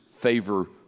favor